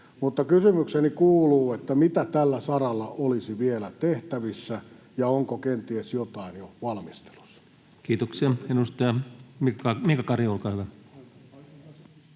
mutta kysymykseni kuuluu: mitä tällä saralla olisi vielä tehtävissä, ja onko kenties jotain jo valmistelussa? [Speech 90] Speaker: Ensimmäinen